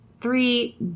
three